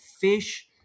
fish